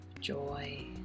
joy